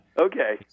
Okay